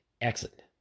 Excellent